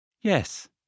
Yes